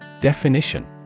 Definition